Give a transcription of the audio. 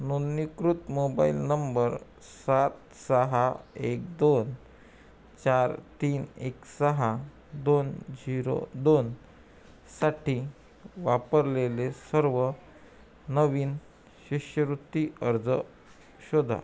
नोंदणीकृत mobile number सात सहा एक दोन चार तीन एक सहा दोन झिरो दोन साठी भरलेले सर्व नवीन शिष्यवृत्ती अर्ज शोधा